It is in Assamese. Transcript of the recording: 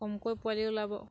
কমকৈ পোৱালি ওলাব